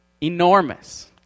Enormous